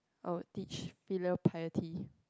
I would teach filial piety